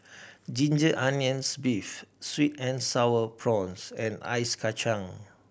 ginger onions beef sweet and Sour Prawns and ice kacang